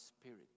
spirit